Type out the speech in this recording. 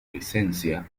licencia